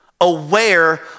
aware